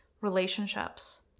Relationships